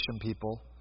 people